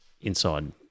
inside